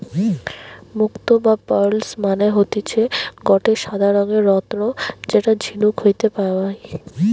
মুক্তো বা পার্লস মানে হতিছে গটে সাদা রঙের রত্ন যেটা ঝিনুক হইতে পায়